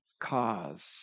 cause